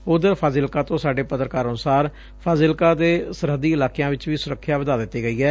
ਓਧਰ ਫਾਜ਼ਿਲਕਾ ਤੋ ਸਾਡੇ ਪੱਤਰਕਾਰ ਅਨੁਸਾਰ ਫਾਜ਼ਿਲਕਾ ਦੇ ਸਰਹੱਦੀ ਇਲਾਕਿਆਂ ਚ ਵੀ ਸੁਰੱਖਿਆ ਵਧਾਂ ਦਿੱਤੀ ਗਈ ਐ